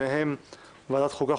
ביניהן ועדת החוקה,